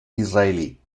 israelí